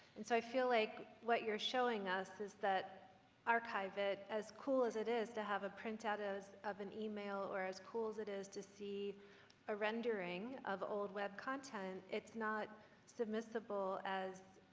and so i feel like what you're showing us is that archive-it, as cool as it is to have a print-out of an email or as cool as it is to see a rendering of old web content, it's not submissible as.